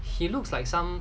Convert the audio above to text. he looks like some